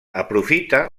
aprofita